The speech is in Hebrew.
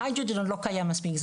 ההידרו לא קיים מספיק.